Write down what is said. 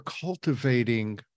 cultivating